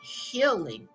healing